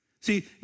See